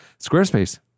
Squarespace